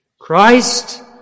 Christ